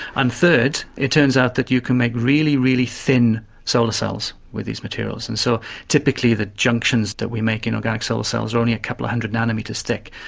and third, it turns out that you can make really, really thin solar cells with these materials. and so typically the junctions that we make in organic solar cells are only a couple of hundred nanometres thick.